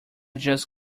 just